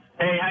Hey